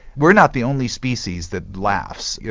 we're not the only species that laughs. yeah